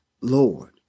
Lord